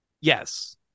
Yes